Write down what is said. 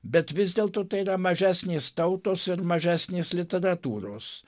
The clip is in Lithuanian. bet vis dėlto tai yra mažesnės tautos ir mažesnės literatūros